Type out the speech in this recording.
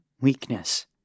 weakness